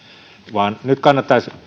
vaan nyt kannattaisi